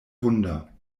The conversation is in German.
wunder